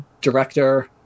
director